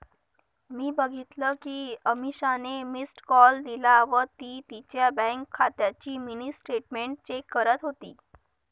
मी बघितल कि अमीषाने मिस्ड कॉल दिला व ती तिच्या बँक खात्याची मिनी स्टेटमेंट चेक करत होती